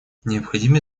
необходимо